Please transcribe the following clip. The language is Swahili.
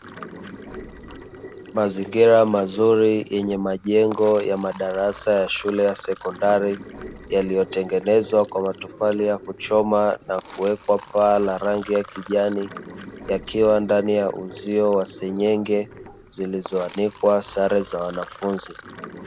Mazingira mazuri yenye majengo ya madarasa ya shule ya sekondari yaliyotengenezwa kwa matofali ya kuchoma na kuwekwa paa la rangi ya kijani, yakiwa ndani ya uzio wa senyenge zilizoanikwa sare za wanafunzi.